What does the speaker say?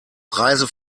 preise